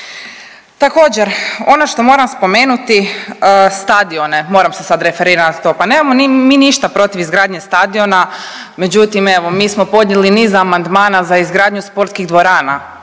Također ono što moram spomenuti, stadione, moram se sad referirati na to. Pa nemamo mi ništa protiv izgradnje stadiona, međutim evo mi smo podnijeli niz amandmana za izgradnju sportskih dvorana,